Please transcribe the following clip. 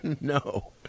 no